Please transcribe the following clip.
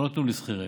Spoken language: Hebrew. ולא נותנים לשכירים.